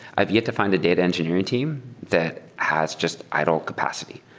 i've yet to find a data engineering team that has just idle capacity.